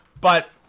But-